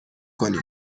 کنید